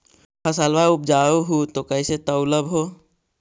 फसलबा उपजाऊ हू तो कैसे तौउलब हो?